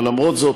אבל למרות זאת,